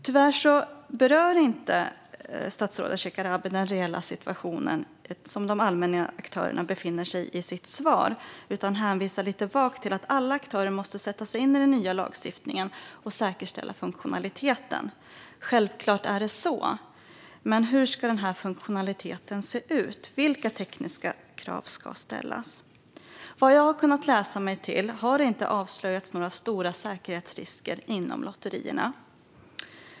Tyvärr berör statsrådet Shekarabi i sitt svar inte den reella situation som de allmännyttiga aktörerna befinner sig i. Han hänvisar lite vagt till att alla aktörer måste sätta sig in i den nya lagstiftningen och säkerställa funktionaliteten. Självklart är det så, men hur ska denna funktionalitet se ut? Vilka tekniska krav ska ställas? Vad jag har kunnat läsa mig till har det inte avslöjats några stora säkerhetsrisker inom lotterierna.